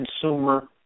consumer